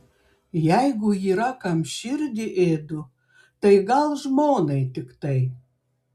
jeigu yra kam širdį ėdu tai gal žmonai tiktai